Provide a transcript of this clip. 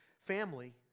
Family